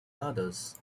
others